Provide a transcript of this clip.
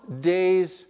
day's